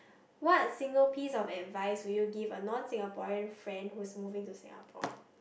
what single piece of advice would you give a non Singaporean friend who is moving to Singapore